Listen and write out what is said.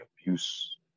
abuse